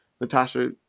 Natasha